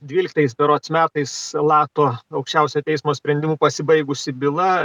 dvyliktais berods metais lato aukščiausiojo teismo sprendimu pasibaigusi byla